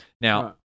Now